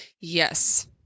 Yes